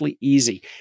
easy